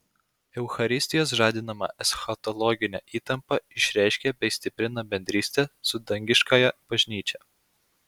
eucharistijos žadinama eschatologinė įtampa išreiškia bei stiprina bendrystę su dangiškąja bažnyčia